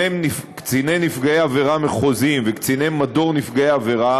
קציני נפגעי עבירה מחוזיים וקציני מדור נפגעי עבירה